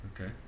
Okay